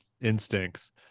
instincts